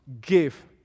Give